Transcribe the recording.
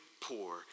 poor